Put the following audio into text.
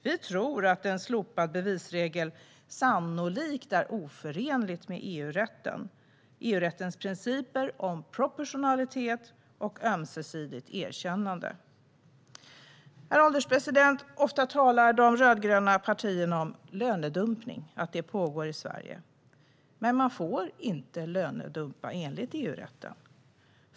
Vi tror att en slopad bevisregel sannolikt är oförenlig med EU-rättens principer om proportionalitet och ömsesidigt erkännande. Ofta talar de rödgröna partierna om att det pågår lönedumpning i Sverige. Men man får inte lönedumpa enligt EU-rätten.